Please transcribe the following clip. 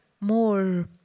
more